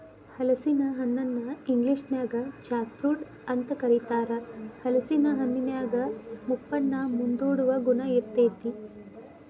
ಹಲಸಿನ ಹಣ್ಣನ ಇಂಗ್ಲೇಷನ್ಯಾಗ ಜಾಕ್ ಫ್ರೂಟ್ ಅಂತ ಕರೇತಾರ, ಹಲೇಸಿನ ಹಣ್ಣಿನ್ಯಾಗ ಮುಪ್ಪನ್ನ ಮುಂದೂಡುವ ಗುಣ ಇರ್ತೇತಿ